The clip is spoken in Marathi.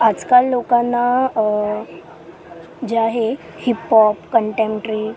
आजकाल लोकांना जे आहे हिप हॉप कंटेम्पट्री